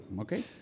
okay